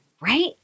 right